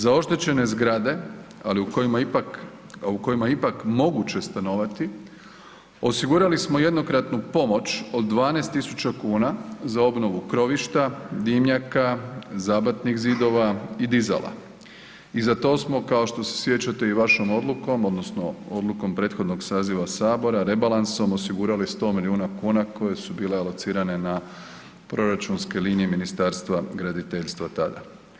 Za oštećene zgrade, ali u kojima ipak, a u kojima je ipak moguće stanovati osigurali smo jednokratnu pomoć od 12.000 kuna za obnovu krovišta, dimnjaka, zabatnih zidova i dizala i za to smo kao što se sjećate i vašom odlukom odnosno odlukom prethodnog saziva sabora rebalansom osigurali 100 miliona kuna koje su bile alocirane na proračunske linije Ministarstva graditeljstva tada.